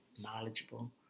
knowledgeable